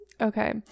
okay